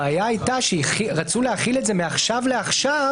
הבעיה שרצו להחיל מעכשיו לעכשיו,